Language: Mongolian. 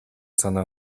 санаа